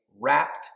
wrapped